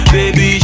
Baby